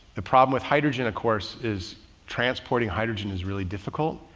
the problem with hydrogen of course, is transporting hydrogen is really difficult.